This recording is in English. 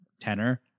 tenor